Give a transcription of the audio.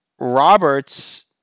Roberts